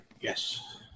Yes